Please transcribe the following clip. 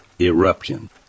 eruption